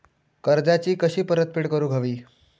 कर्जाची कशी परतफेड करूक हवी?